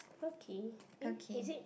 okay eh is it